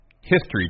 history